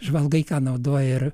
žvalgai ką naudoja ir